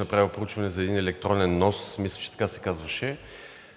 направил проучване за един електронен нос – мисля, че така се казваше.